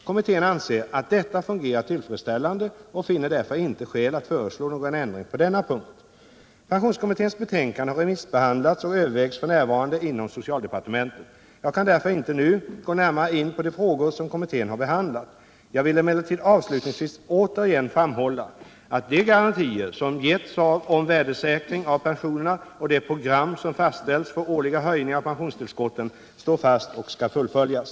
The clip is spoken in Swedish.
Kommittén anser att detta fungerar tillfredsställande och Om pensionärernas finner därför inte skäl att föreslå någon ändring på denna punkt. ekonomiska Pensionskommitténs betänkande har remissbehandlats och övervägs grundtrygghet f.n. inom socialdepartementet. Jag kan därför inte nu gå närmare in på de frågor som kommittén har behandlat. Jag vill emellertid avslut ningsvis återigen framhålla att de garantier som getts om värdesäkring pensionstillskotten står fast och skall fullföljas.